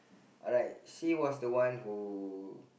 I like she was the one who